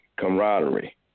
camaraderie